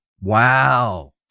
Wow